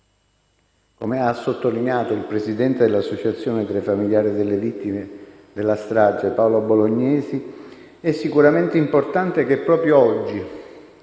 Come ha sottolineato il presidente dell'associazione dei familiari delle vittime della strage, Paolo Bolognesi, è sicuramente importante che proprio oggi